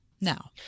now